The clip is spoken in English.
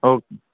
okay